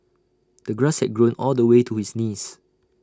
the grass had grown all the way to his knees